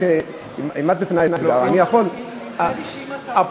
נדמה לי שאם אתה עונה,